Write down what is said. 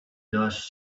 dust